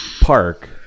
Park